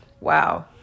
Wow